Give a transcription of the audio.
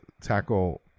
tackle